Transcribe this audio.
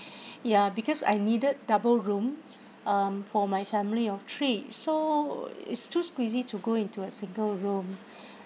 ya because I needed double room um for my family of three so is too squeezy to go into a single room